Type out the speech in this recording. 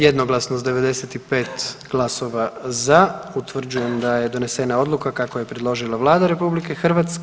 Jednoglasno s 95 glasova za utvrđujem da je donesena odluka kako je predložila Vlada RH.